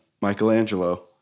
Michelangelo